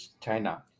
China